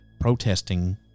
protesting